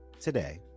today